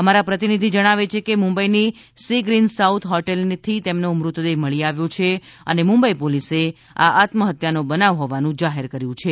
અમારા પ્રતિનિધિ જણાવે છે કે મુંબઈની સી ગ્રીન સાઉથ હોટલથી તેમનો મૃતદેહ મળી આવ્યો છે અને મુંબઈ પોલીસે આ આત્મહત્યાનો બનાવ હોવાનું જાહેર કર્યું છે